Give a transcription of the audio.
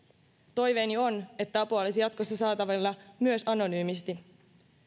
toiveeni on että apua olisi jatkossa saatavilla myös anonyymisti